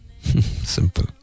Simple